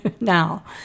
now